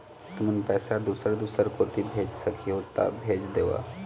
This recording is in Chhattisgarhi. तुमन पैसा दूसर दूसर कोती भेज सखीहो ता भेज देवव?